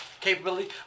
capability